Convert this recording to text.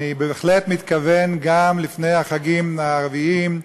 אני בהחלט מתכוון: גם לפני החגים הערביים.